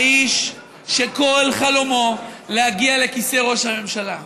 האיש שכל חלומו להגיע לכיסא ראש הממשלה,